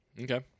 Okay